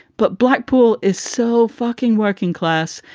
but blackpool is so fucking working class.